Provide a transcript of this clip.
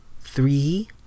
three